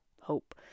hope